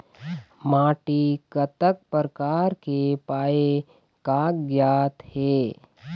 माटी कतक प्रकार के पाये कागजात हे?